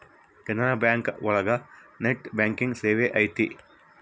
Canara bank ಒಳಗ net banking ಸೇವೆ ಐತಿ